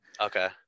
Okay